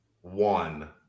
one